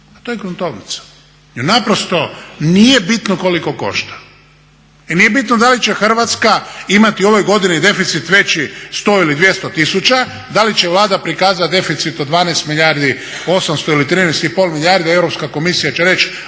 to je gruntovnica. I naprosto nije bitno koliko košta, i nije bitno da li će Hrvatska imati u ovoj godini deficit veći 100 ili 200 tisuća, da li će Vlada prikazati deficit od 12 milijardi 800 ili 13,5 milijardi a Europska komisija će reći